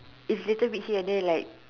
it's little bit here and there like